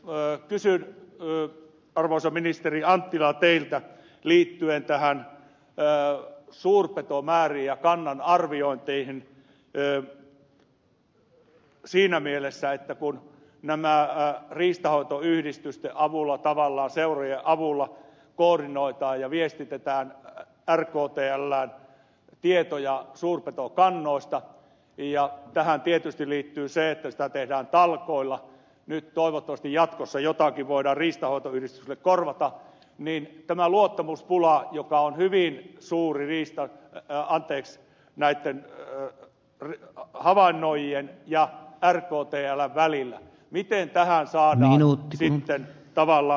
kysyn teiltä arvoisa ministeri anttila liittyen näihin suurpetomääriin ja kannan arviointeihin siinä mielessä että kun riistanhoitoyhdistysten avulla tavallaan seurojen avulla koordinoidaan ja viestitetään rktlään tietoja suurpetokannoista ja tähän tietysti liittyy se että sitä tehdään talkoilla nyt toivottavasti jatkossa jotakin voidaan riistanhoitoyhdistyksille korvata niin miten saadaan sitten tavallaan tätä luottamuspulaa vähennettyä joka on hyvin suuri näitten havainnoijien ja rktln välillä miten tähän tultiin tällä tavalla